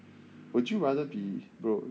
would you rather be broke